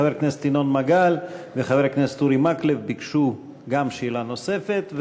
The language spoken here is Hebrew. חבר הכנסת ינון מגל וחבר הכנסת אורי מקלב ביקשו גם כן שאלה נוספת,